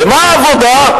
ומה העבודה?